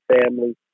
family